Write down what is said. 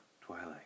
Twilight